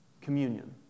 communion